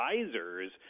advisors